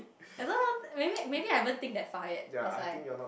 I don't know maybe maybe I haven't think that far yet that's why